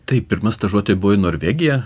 taip pirma stažuotė buvo į norvegiją